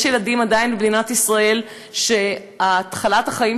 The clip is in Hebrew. במדינת ישראל יש עדיין ילדים שהתחלת החיים